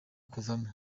kuvamo